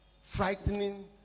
frightening